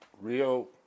Rio